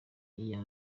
iya